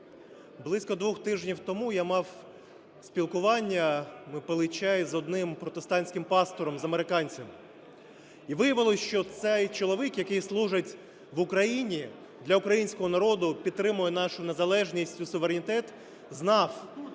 Близько двох тижнів тому я мав спілкування, ми пили чай з одним протестантським пастором з американців. І виявилося, що цей чоловік, який служить в Україні, для українського народу, підтримує нашу незалежність і суверенітет, знав, особисто